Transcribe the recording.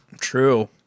True